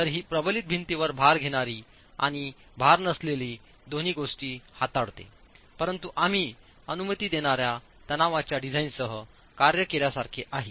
तर ही प्रबलित भिंतींवर भार घेणारी आणिभार नसलेलेदोन्ही गोष्टी हाताळते परंतु आम्ही अनुमती देणार्या तणावाच्या डिझाइनसह कार्य केल्यासारखे आहे